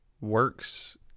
works